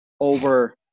over